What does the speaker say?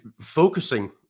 focusing